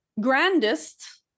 grandest